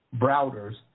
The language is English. Browders